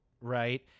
right